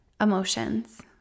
emotions